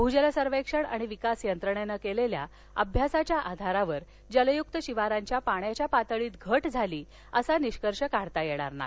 भूजल सर्वेक्षण आणि विकास यंत्रणेनं केलेल्या अभ्यासाच्या आधारावर जलयुक्त शिवारच्या पाण्याच्या पातळीत घट झाली असा निष्कर्ष काढता येणार नाही